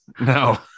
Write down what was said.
no